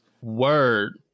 Word